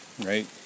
right